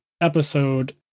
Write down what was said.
episode